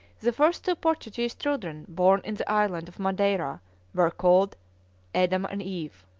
the first two portuguese children born in the island of madeira were called adam and eve.